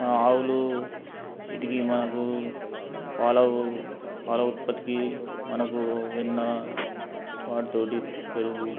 ఆ ఆవులు వీటికి మనకు పాల ఉ పాల ఉత్పత్తికి మనకు వెన్న వాటితో పెరుగు